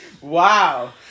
Wow